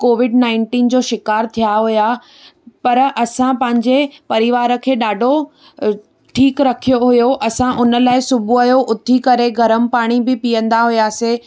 Covid nineteen जो शिकार थिया हुया पर असां पंहिंजे परिवार खे ॾाढो ठीकु रखियो हुयो असां उन लाइ सुबुह जो उथी करे गरम पाणी बि पीअंदा हुआसीं